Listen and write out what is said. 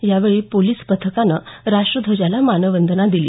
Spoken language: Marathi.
यावेळी पोलिस पथकानं राष्ट्रध्वजाला मानवंदना दिली